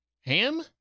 Ham